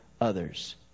others